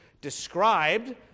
described